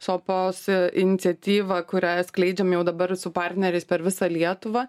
sopos iniciatyva kurią skleidžiam jau dabar su partneriais per visą lietuvą